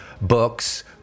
books